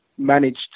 managed